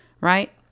right